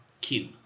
Cube